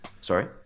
Sorry